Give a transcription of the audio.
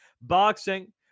boxing